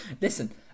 Listen